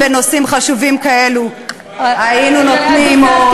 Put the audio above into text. ובנושאים חשובים כאלה היינו נותנים עוד.